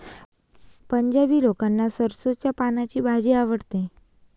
पंजाबी लोकांना सरसोंच्या पानांची भाजी आवडते